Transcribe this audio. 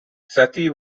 sati